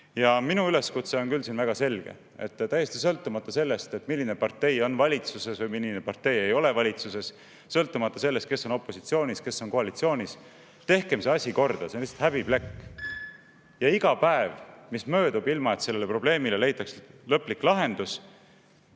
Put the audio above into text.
Ja minu üleskutse on küll väga selge. Täiesti sõltumata sellest, milline partei on valitsuses või milline partei ei ole valitsuses, sõltumata sellest, kes on opositsioonis, kes koalitsioonis, tehkem see asi korda! See on lihtsalt häbiplekk. Ja iga päev, mis möödub, ilma et sellele probleemile oleks leitud lõplik lahendus